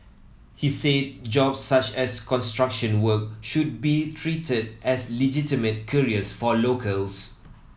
he said jobs such as construction work should be treated as legitimate careers for locals